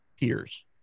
peers